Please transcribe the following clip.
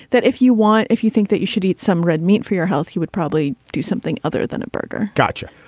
that if you want. if you think that you should eat some red meat for your health. he would probably do something other than a burger gotcha.